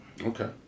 Okay